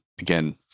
again